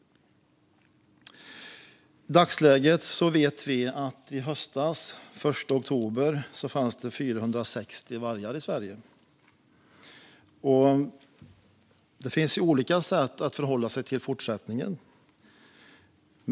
Vi vet att det den 1 oktober i höstas fanns 460 vargar i Sverige. Det finns olika sätt att förhålla sig till fortsättningen.